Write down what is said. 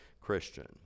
Christian